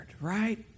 right